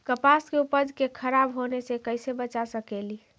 कपास के उपज के खराब होने से कैसे बचा सकेली?